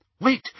Wait